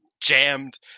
jammed